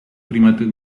primates